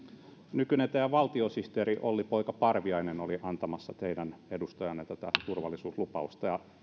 nykyinen valtiosihteerinne olli poika parviainen oli antamassa teidän edustajananne tätä turvallisuuslupausta ja